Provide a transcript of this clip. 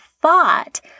thought